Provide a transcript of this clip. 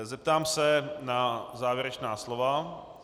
Zeptám se na závěrečná slova.